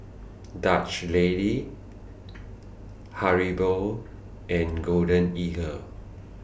Dutch Lady Haribo and Golden Eagle